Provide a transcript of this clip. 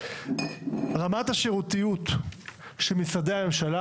רמת השירותיות של משרדי הממשלה